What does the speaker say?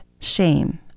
shame